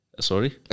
Sorry